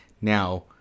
now